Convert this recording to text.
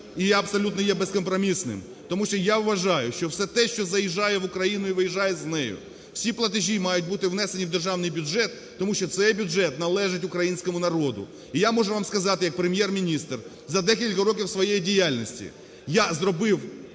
і я абсолютно є безкомпромісним, тому що я вважаю, що все те, що заїжджає в Україну і виїжджає з неї, всі платежі мають бути внесені в державних бюджет, тому що цей бюджет належить українському народу. І я можу вам сказати як Прем’єр-міністр: за декілька років своєї діяльності я зробив